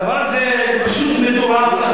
הדבר הזה פשוט מטורף.